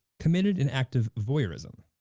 committed an active voyeurism.